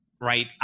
right